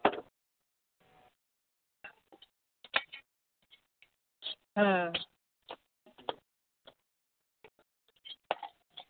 হুম